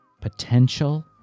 potential